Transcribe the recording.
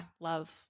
love